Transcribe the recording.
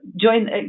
join